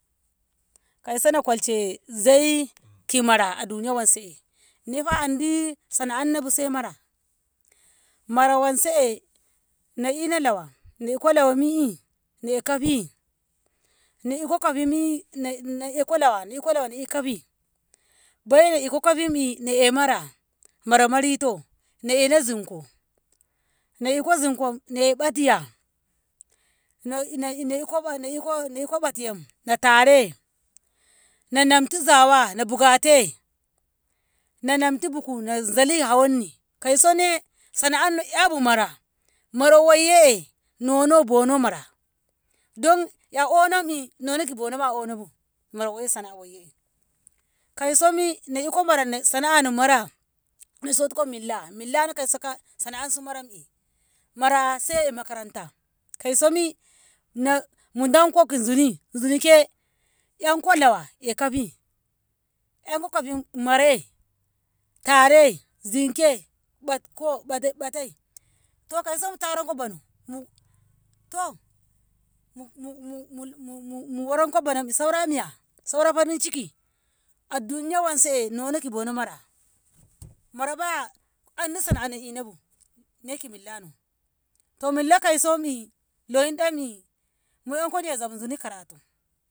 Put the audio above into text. Kauso nakolshe zai ki mara duniya wanse ne'efa andi sana'anno bu sai mara, mara wanse le'ino lawa e'iko lawa mi'i na e'kafi, e' iko kafimi na iko lawa in iko kafi, bolo in iko kafimmi na'e mara, mara marito na'eno zunko na iko zinko ne'o inbatiya na- na- naa iko batti yam natare na namtu zawa in bugate na namtu bugu na zali hawoni, kausone sana'anno abu mara, mara wayye nono, bono mara dan 'ya a onommi noni ki bonoma a onobu mara wayye sana'a wayye kausomi na ko mara, sana'ano mara in sotko milla, millano kauso ka marammi, mara sai makaranta. kausomi namu danko ki zuni, zunike 'yankoi lawa kafi, yanko kafin maraye tare zinke btko- ba- batai, o kauso mutaronko bono muu to- mu- mu- mu- muwaranko bono saura miya saura farin ciki' a duniya wanse noni ki boni mara, mara baya andi sna'a in innabu na'eki millano, to mlla kausommi lo inɗenni mu'e riya muzafi zuni karatu.